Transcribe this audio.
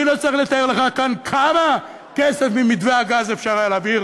אני לא צריך לתאר לך כאן כמה כסף ממתווה הגז אפשר היה להעביר